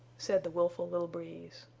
said the willful little breeze.